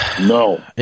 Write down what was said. No